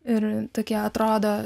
ir tokie atrodo